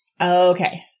Okay